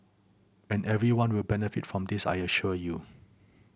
and everyone will benefit from this I assure you